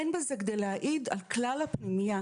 אין בזה כדי להעיד על כלל הפנימייה.